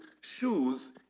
shoes